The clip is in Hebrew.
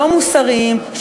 לא מוסריים,